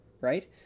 right